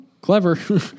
clever